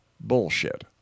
bullshit